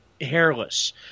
hairless